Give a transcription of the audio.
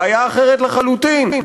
בעיה אחרת לחלוטין.